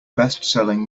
bestselling